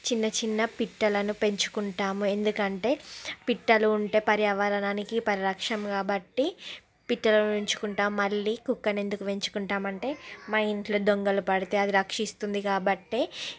చిన్నచిన్న పిట్టలను పెంచుకుంటాము ఎందుకంటే పిట్టలు ఉంటే పర్యావరణానికి పరిరక్షం కాబట్టి పిట్టలను ఉంచుకుంటాము మళ్ళీ కుక్కని ఎందుకు పెంచుకుంటాము అంటే మా ఇంట్లో దొంగలు పడితే అది రక్షిస్తుంది కాబట్టే